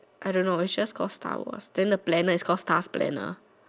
I don't know it's just called Star Wars then the planner is called star planner